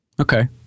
Okay